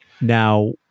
Now